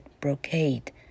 brocade